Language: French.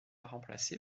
remplacé